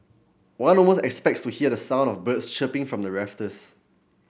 one almost expect to hear the sound of birds chirping from the rafters